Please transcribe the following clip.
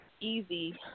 easy